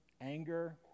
anger